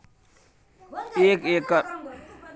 एक एकर गेहूँ के फसल में केतना यूरिया खाद के छिरकाव करबैई?